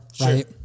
right